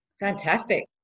Fantastic